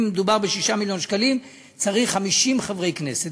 אם מדובר ב-6 מיליוני ש"ח, צריך 50 חברי כנסת.